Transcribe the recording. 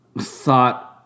thought